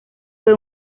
fue